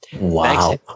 Wow